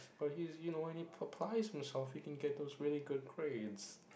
but he's you know when he himself he can get those really good grades